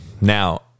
Now